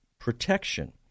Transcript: protection